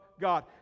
God